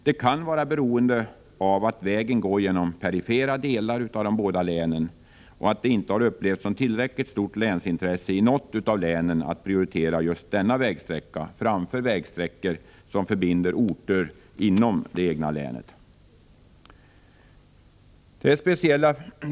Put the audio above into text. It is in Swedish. Detta kan vara beroende av att vägen går genom perifera delar av de båda länen och att det inte har uppfattats som ett tillräckligt stort länsintresse i något av dem att prioritera just denna vägsträcka framför vägsträckor som förbinder orter inom det egna länet.